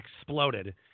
exploded